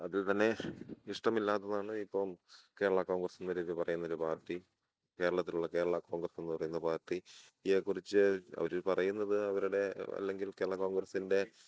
അതിൽ തന്നെ ഇഷ്ടമില്ലാത്തതാണ് ഇപ്പം കേരള കോൺഗ്രസ്സെന്ന രീതി പറയുന്ന ഒരു പാർട്ടി കേരളത്തിലുള്ള കേരള കോൺഗ്രസ്സ് എന്നു പറയുന്ന പാർട്ടിയെ കുറിച്ചു അവർ പറയുന്നത് അവരുടെ അല്ലെങ്കിൽ കേരള കോൺഗ്രസ്സിൻ്റെ